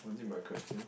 oh is it my question